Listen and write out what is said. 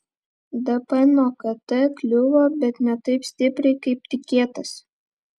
dp nuo kt kliuvo bet ne taip stipriai kaip tikėtasi